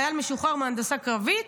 חייל משוחרר מהנדסה קרבית,